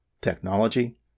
technology